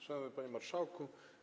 Szanowny Panie Marszałku!